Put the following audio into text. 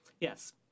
Yes